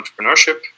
entrepreneurship